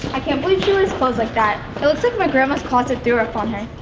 i can't believe she wears clothes like that. it looks like my grandma's closet threw up on her.